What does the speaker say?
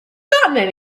forgotten